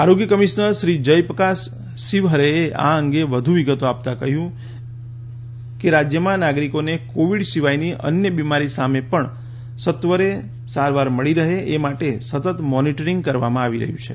આરોગ્ય કમિશનર શ્રી જયપ્રકાશ શિવહરેએ આ અંગે વધુ વિગતો આપતાં કહ્યું કે રાજ્યમાં નાગરિકોને કોવિડ સિવાયની અન્ય બિમારી સામે પણ સત્વરે સારવાર મળી રહે એ માટે સતત મોનીટરીંગ પણ કરવામાં આવી રહ્યું છે